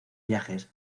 viajes